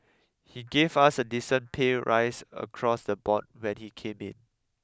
he gave us a decent pay rise across the board when he came in